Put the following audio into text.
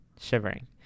shivering